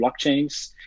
blockchains